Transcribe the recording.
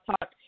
Talk